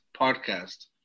podcast